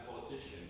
politician